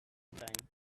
time